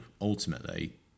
ultimately